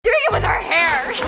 doing it with our hair.